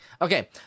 Okay